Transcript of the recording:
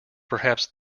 perhaps